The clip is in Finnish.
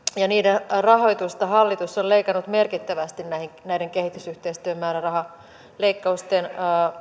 ja niiden rahoitusta hallitus on leikannut merkittävästi näiden näiden kehitysyhteistyömäärärahaleikkausten